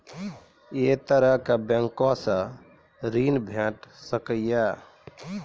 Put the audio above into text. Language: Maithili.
ऐ तरहक बैंकोसऽ ॠण भेट सकै ये?